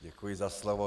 Děkuji za slovo.